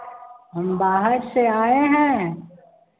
हम बाहर से आए हैं